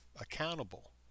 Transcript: accountable